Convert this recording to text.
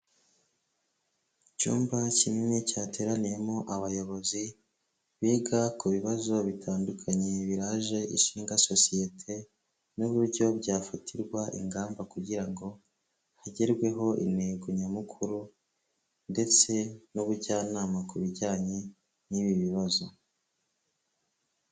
Icyumba kinini cyateraniyemo abayobozi biga ku bibazo bitandukanye, biraje ishinga sosiyete n'uburyo byafatirwa ingamba kugira ngo hagerweho intego nyamukuru, ndetse n'ubujyanama ku bijyanye n'ibi bibazo.